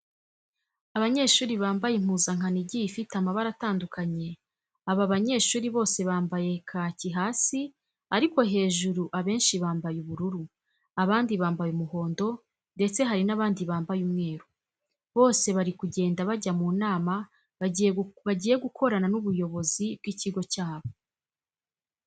Abanyeshuri bambaye impuzankano igiye ifite amabara atandukanye, aba banyeshuri bose bambaye kaki hasi ariko hejuru abenshi bambaye ubururu, abandi bambaye umuhondo ndetse hari n'abandi bambaye umweru. Bose bari kugenda bajya mu nama bagiye gukorana n'ubuyobozi bw'ikigo cyabo.